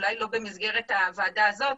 אולי לא במסגרת הוועדה הזאת,